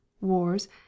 wars